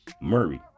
Murray